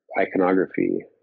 iconography